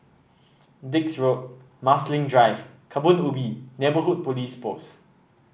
Dix Road Marsiling Drive Kebun Ubi Neighbourhood Police Post